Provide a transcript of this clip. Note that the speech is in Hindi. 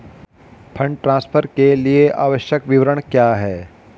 फंड ट्रांसफर के लिए आवश्यक विवरण क्या हैं?